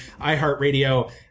iHeartRadio